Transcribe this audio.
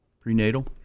Prenatal